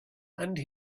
and